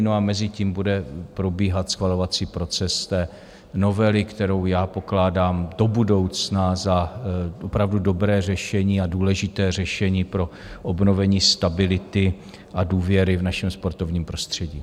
A mezitím bude probíhat schvalovací proces novely, kterou pokládám do budoucna za opravdu dobré řešení a důležité řešení pro obnovení stability a důvěry v našem sportovním prostředí.